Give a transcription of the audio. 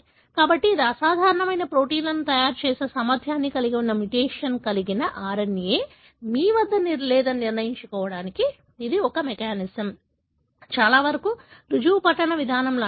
కాబట్టి ఇది అసాధారణమైన ప్రోటీన్లను తయారు చేసే సామర్థ్యాన్ని కలిగి ఉన్న మ్యుటేషన్ కలిగిన RNA మీ వద్ద లేదని నిర్ధారించుకోవడానికి ఇది ఒక మెకానిజం చాలావరకు రుజువు పఠన విధానం లాంటిది